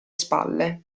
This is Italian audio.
spalle